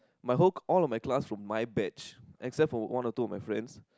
my whole all of my class from my batch except for one or two of my friends